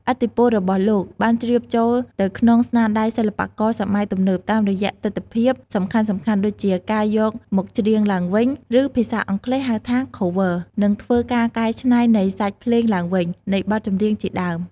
ឥទ្ធិពលរបស់លោកបានជ្រាបចូលទៅក្នុងស្នាដៃសិល្បករសម័យទំនើបតាមរយៈទិដ្ឋភាពសំខាន់ៗដូចជា ការយកមកច្រៀងឡើងវិញ ឬភាសាអង់គ្លេស ហៅថា Cover និងធ្វើ ការកែច្នៃនៃសាច់ភ្លេងឡើងវិញ នៃបទចម្រៀងជាដើម ។